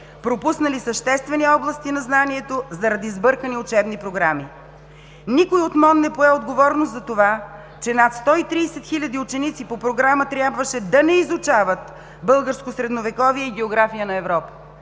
пропуснали съществени области на знанието заради сбъркани учебни програми. Никой от МОН не пое отговорност за това, че над 130 хиляди ученици по програма трябваше да не изучават българско средновековие и география на Европа.